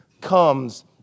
comes